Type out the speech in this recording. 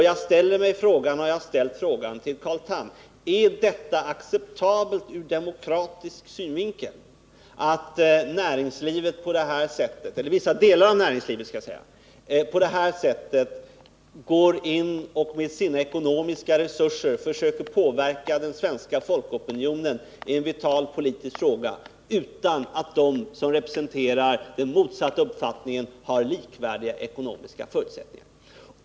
Jag ställer mig frågan, och jag har ställt den till Carl Tham: Är det acceptabelt ur demokratisk synvinkel att vissa delar av näringslivet på det här sättet med sina ekonomiska resurser försöker påverka den svenska folkopinionen i en vital politisk fråga, utan att de som hävdar den motsatta uppfattningen har likvärdiga ekonomiska förutsättningar?